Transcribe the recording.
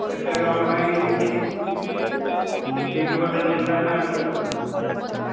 ଏତେ long line ସେମିତି seat ଗୋଟେ ଯେମିତି ହେଉ ଆଡଜଷ୍ଟ କରିବ